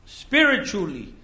spiritually